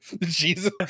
Jesus